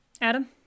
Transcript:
adam